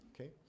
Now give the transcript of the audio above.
okay